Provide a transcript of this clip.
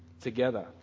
together